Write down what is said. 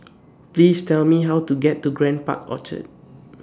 Please Tell Me How to get to Grand Park Orchard